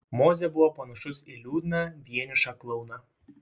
mozė buvo panašus į liūdną vienišą klouną